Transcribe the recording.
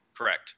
Correct